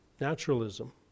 naturalism